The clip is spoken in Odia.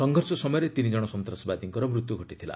ସଂଘର୍ଷ ସମୟରେ ତିନି ଜଣ ସନ୍ତାସବାଦୀଙ୍କର ମୃତ୍ୟୁ ଘଟିଥିଲା